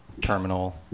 terminal